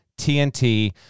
TNT